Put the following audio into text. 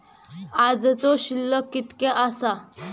आजचो शिल्लक कीतक्या आसा?